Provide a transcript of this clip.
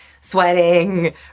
sweating